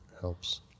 Helps